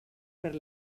per